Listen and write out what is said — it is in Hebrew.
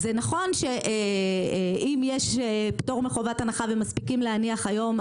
נכון שאם יש פטור מחובת הנחה ומספיקים להניח היום,